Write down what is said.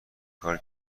کار